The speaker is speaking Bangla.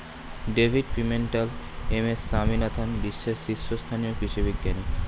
David Pimentel, M S Swaminathan বিশ্বের শীর্ষস্থানীয় কৃষি বিজ্ঞানী